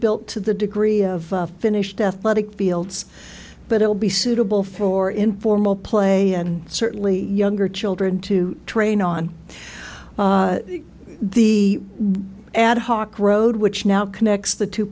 built to the degree of finished athletic fields but it will be suitable for informal play and certainly younger children to train on the adhoc road which now connects the two